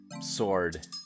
sword